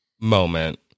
moment